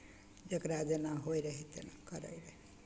जकरा जेना होइत रहय तेना करैत रहय